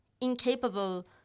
incapable